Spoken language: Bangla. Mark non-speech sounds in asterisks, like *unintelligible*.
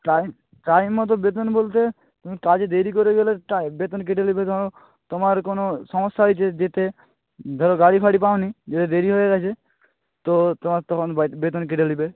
টাইম টাইম মতো বেতন বলতে তুমি কাজে দেরি করে গেলে *unintelligible* বেতন কেটে নেবে ধরো তোমার কোনো সমস্যা হয়েছে যেতে ধরো গাড়ি ফাড়ি পাওনি যেতে দেরি হয়ে গেছে তো তোমার তখন বেতন কেটে নেবে